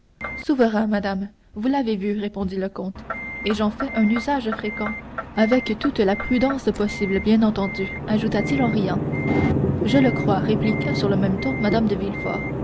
souverain madame vous l'avez vu répondit le comte et j'en fais un usage fréquent avec toute la prudence possible bien entendu ajouta-t-il en riant je le crois répliqua sur le même ton mme de